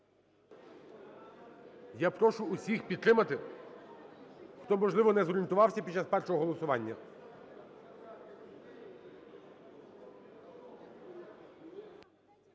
Я прошу всіх підтримати, хто, можливо, не зорієнтувався під час першого голосування.